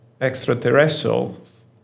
extraterrestrials